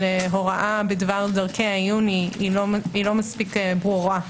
הוראה בדבר דרכי העיון לא מספיק ברורה.